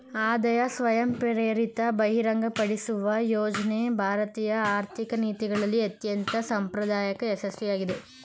ಆದಾಯ ಸ್ವಯಂಪ್ರೇರಿತ ಬಹಿರಂಗಪಡಿಸುವ ಯೋಜ್ನ ಭಾರತೀಯ ಆರ್ಥಿಕ ನೀತಿಗಳಲ್ಲಿ ಅತ್ಯಂತ ಅಸಂಪ್ರದಾಯ ಯಶಸ್ವಿಯಾಗಿದೆ